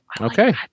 Okay